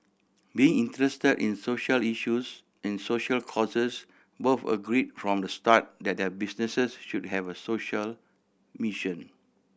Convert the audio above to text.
being interested in social issues in soucial causes both agreed from the start that their business should have a social mission